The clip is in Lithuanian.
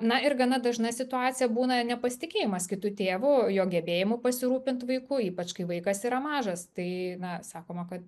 na ir gana dažna situacija būna nepasitikėjimas kitu tėvu jo gebėjimu pasirūpint vaiku ypač kai vaikas yra mažas tai sakoma kad